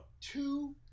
two